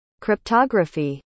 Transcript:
cryptography